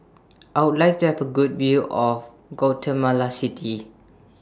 I Would like to Have A Good View of Guatemala City